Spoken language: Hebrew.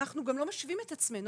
אנחנו גם לא משווים את עצמנו,